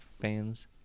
fans